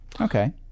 Okay